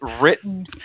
written